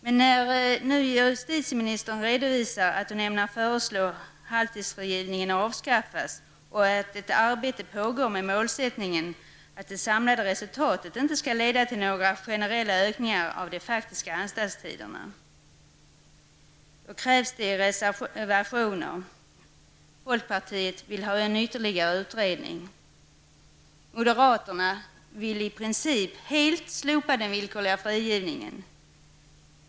Men när justitieministern redovisar att hon ämnar föreslå att halvtidsfrigivningen avskaffas och att ett arbete pågår med målsättningen att det samlade resultatet inte skall leda till några generella ökningar av de faktiska anstaltstiderna krävs följande i reservationer. folkpartiet vill ha en ytterligare utredning. Moderaterna vill i princip helt slopa den villkorliga frigivningen.